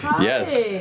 Yes